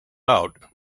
out